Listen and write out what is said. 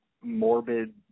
morbid